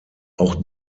auch